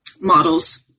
models